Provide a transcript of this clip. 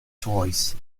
choice